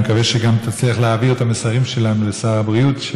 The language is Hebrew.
אני מקווה שגם תצליח להעביר את המסרים שלנו אל שר הבריאות,